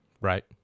Right